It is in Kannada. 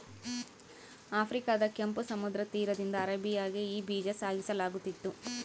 ಆಫ್ರಿಕಾದ ಕೆಂಪು ಸಮುದ್ರ ತೀರದಿಂದ ಅರೇಬಿಯಾಗೆ ಈ ಬೀಜ ಸಾಗಿಸಲಾಗುತ್ತಿತ್ತು